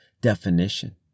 definition